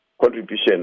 contribution